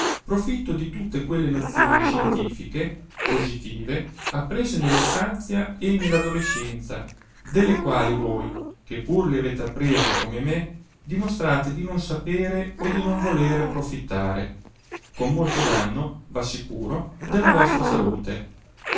profitto di tutte quelle nozioni scientifiche positive apprese nell'infanzia e nell'adolescenza delle quali voi che pur le avete apprese come me dimostrate di non sapere o di non volere profittare con molto danno v'assicuro della vostra salute